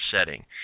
setting